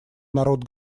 народ